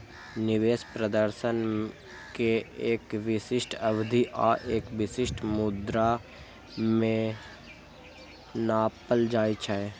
निवेश प्रदर्शन कें एक विशिष्ट अवधि आ एक विशिष्ट मुद्रा मे नापल जाइ छै